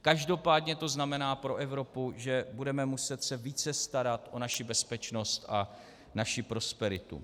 Každopádně to znamená pro Evropu, že se budeme muset více starat o naši bezpečnost a naši prosperitu.